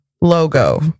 logo